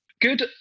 Good